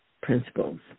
principles